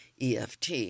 EFT